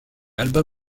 albin